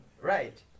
right